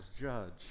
judge